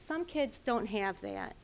some kids don't have that